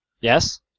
Yes